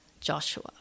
Joshua